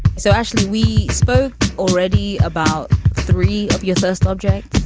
so, ashley, we spoke already about three of your first objects,